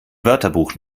wörterbuch